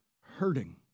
hurting